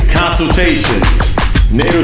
consultation